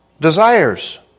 desires